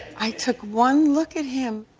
i took one look at him.